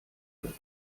wird